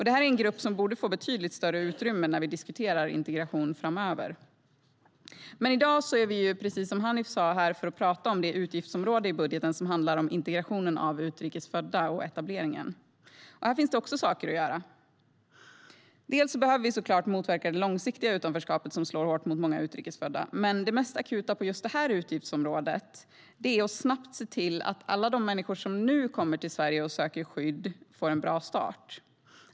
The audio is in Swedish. Det här är en grupp som borde få betydligt större utrymme när vi diskuterar integration framöver. Men i dag är vi ju, precis som Hanif sa, här för att prata om det utgiftsområde i budgeten som handlar om integrationen och etableringen av utrikes födda. Här finns det också saker att göra. Vi behöver såklart motverka det långsiktiga utanförskapet, som slår hårt mot många utrikes födda. Men det mest akuta på just det här utgiftsområdet är att snabbt se till att alla de människor som nu kommer till Sverige och söker skydd får en bra start.